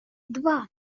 два